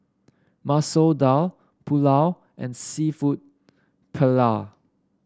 Masoor Dal Pulao and seafood Paella